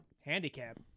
Handicap